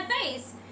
face